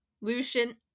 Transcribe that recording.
Lucian